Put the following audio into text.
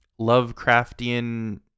lovecraftian